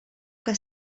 que